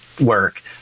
work